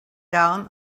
down